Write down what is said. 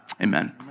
Amen